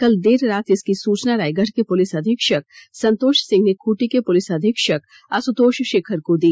कल देर रात इसकी सूचना रायगढ़ के पुलिस अधीक्षक संतोष सिंह ने खूंटी के पुलिस अधीक्षक आशुतोष शेखर को दी